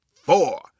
four